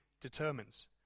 determines